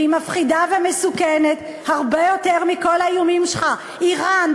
והיא מפחידה ומסוכנת הרבה יותר מכל האיומים שלך: איראן,